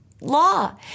Law